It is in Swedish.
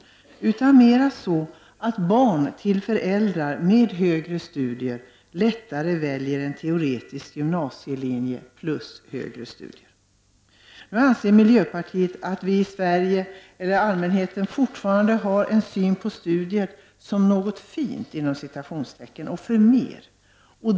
Det är mera så att barn till föräldrar som har studerat på högre nivå lättare väljer en teoretisk gymnasielinje plus högre studier. Miljöpartiet anser att allmänheten i Sverige fortfarande har en syn på studier som något ”fint” och förmer.